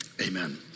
amen